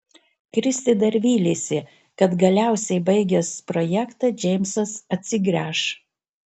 kristė dar vylėsi kad galiausiai baigęs projektą džeimsas atsigręš